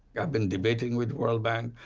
i've been debating with world bank,